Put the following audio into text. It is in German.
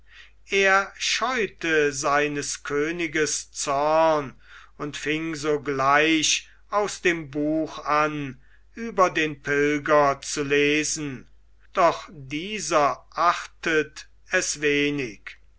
er scheute seines königes zorn und fing sogleich aus dem buch an über den pilger zu lesen doch dieser achtet es wenig